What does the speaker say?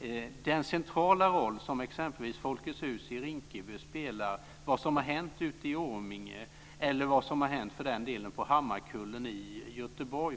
Det är den centrala roll som exempelvis Folkets hus i Rinkeby spelar, vad som har hänt ute i Orminge eller för den delen på Hammarkullen i Göteborg.